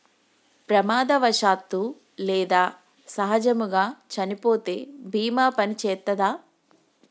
ప్రమాదవశాత్తు లేదా సహజముగా చనిపోతే బీమా పనిచేత్తదా?